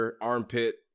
armpit